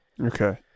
Okay